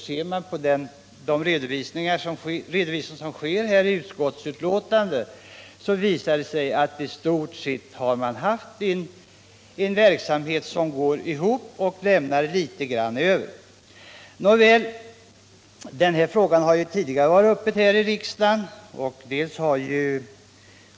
Den redovisning som görs i utskottsbetänkandet visar att verksamheten i stort sett gått ihop och lämnat litet grand över. Den här frågan har tidigare behandlats här i riksdagen.